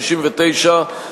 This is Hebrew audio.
סעיף 69,